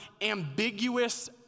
ambiguous